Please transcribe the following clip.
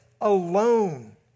alone